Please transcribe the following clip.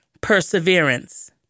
perseverance